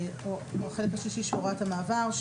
בחלק שישי של הוראת המעבר,